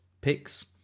picks